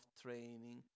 training